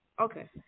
Okay